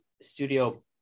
studio